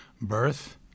birth